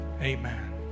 amen